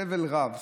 סבל רב,